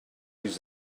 use